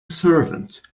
servant